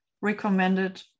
recommended